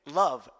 love